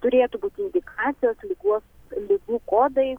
turėtų būt indikacijos ligos ligų kodai